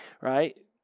right